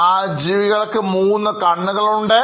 ആ ജീവികൾക്ക് 3 കണ്ണുകളുണ്ട്